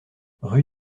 rue